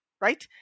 right